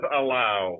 allow